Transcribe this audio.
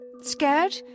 Scared